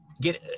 get